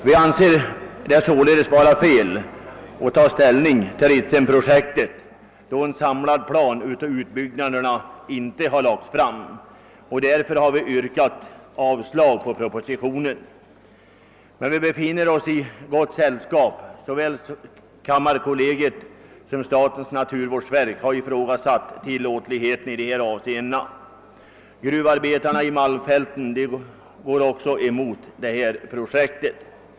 Vi anser det således vara fel att ta ställning till Ritsemprojektet, då en samlad plan för utbyggnaderna saknas. Vi har därför yrkat avslag på propositionen. Men vi befinner Oss i gott sällskap. Såväl kammarkollegium som statens naturvårdsverk har ifrågasatt tillåtligheten. Även gruvarbetarna i malmfälten går emot projektet.